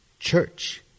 Church